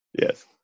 Yes